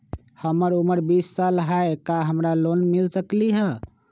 हमर उमर बीस साल हाय का हमरा लोन मिल सकली ह?